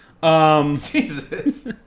Jesus